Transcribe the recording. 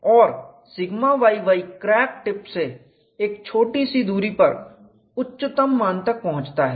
और σyy crack tip से एक छोटी सी दूरी पर उच्चतम मान तक पहुंचता है